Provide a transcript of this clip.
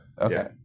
Okay